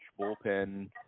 bullpen